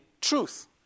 truth